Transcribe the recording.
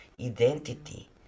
identity